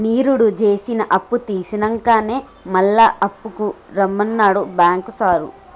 నిరుడు జేసిన అప్పుతీర్సినంకనే మళ్ల అప్పుకు రమ్మన్నడు బాంకు సారు